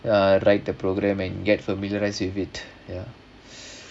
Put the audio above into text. uh write the programme and get familiarise with it ya